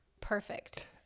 perfect